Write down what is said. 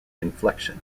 inflection